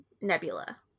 Nebula